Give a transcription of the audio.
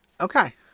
okay